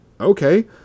okay